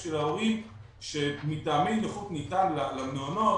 של ההורים שמטעמי נוחות ניתן למעונות,